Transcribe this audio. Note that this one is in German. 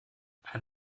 ein